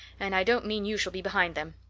and i don't mean you shall be behind them.